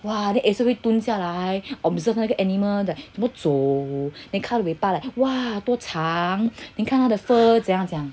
!wah! then 一直会蹲下来 observed 那个 animal 的怎么走 then 看他尾巴 like !wah! 多长 then 看他的 fur 怎样怎样